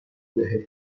بهت